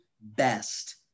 best